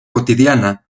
cotidiana